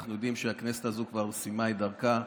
אנחנו יודעים שהכנסת הזו כבר סיימה את דרכה.